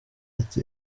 ati